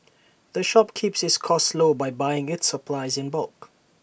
the shop keeps its costs low by buying its supplies in bulk